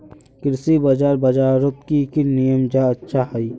कृषि बाजार बजारोत की की नियम जाहा अच्छा हाई?